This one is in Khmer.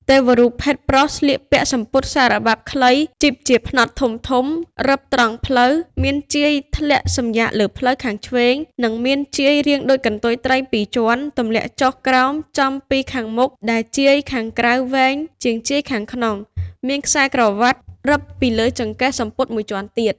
ទេវរូបភេទប្រុសស្លៀកពាក់សំពត់សារបាប់ខ្លីជីបជាផ្នត់ធំៗរឹបត្រង់ភ្លៅ មានជាយធ្លាក់សំយាកលើភ្លៅខាងឆ្វេង និង មានជាយរាងដូចកន្ទុយត្រីពីរជាន់ ទម្លាក់ចុះក្រោមចំពីខាងមុខដែលជាយខាងក្រៅវែងជាងជាយខាងក្នុង មានខ្សែក្រវាត់រឹបពីលើចង្កេះសំពត់មួយជាន់ទៀត។